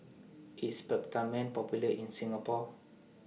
IS Peptamen Popular in Singapore